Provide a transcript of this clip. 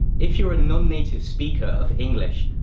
if you're a non-native speaker of english,